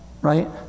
Right